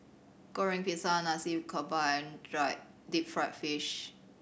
Goreng Pisang Nasi Campur and dry deep fried fish